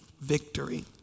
victory